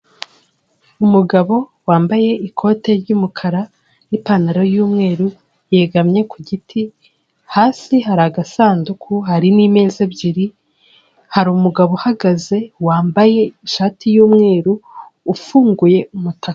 Umugabo wambaye ikote ry'umukara n'ipantaro y'umweru yegamye ku giti, hasi hari agasanduku hari n'imeza ebyiri, hari umugabo uhagaze wambaye ishati y'umweru, ufunguye umutaka.